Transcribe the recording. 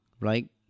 right